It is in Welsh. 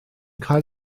cael